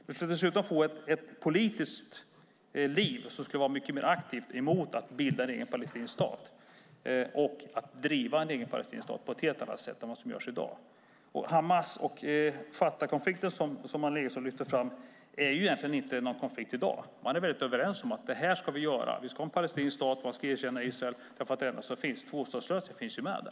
Man skulle dessutom få ett mycket mer aktivt politiskt liv som syftar mot att bilda en egen palestinsk stat och att driva en egen palestinsk stat på ett helt annat sätt än vad som görs i dag. Annelie Enochson lyfte fram konflikten mellan Hamas och Fatah. Det är egentligen inte någon konflikt i dag. Man är överens om vad som ska göras. Man ska ha en palestinsk stat, och man ska erkänna Israel. Tvåstatslösningen finns ju med där.